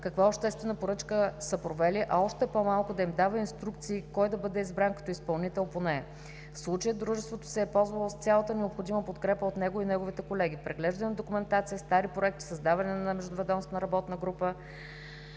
каква обществена поръчка са провели, а още по-малко им дава инструкции кой да бъде избран като изпълнител по нея. В случая Дружеството се е ползвало с цялата необходима подкрепа от него и неговите колеги – преглеждане на документация, стари проекти, създаване на Междуведомствена работна група,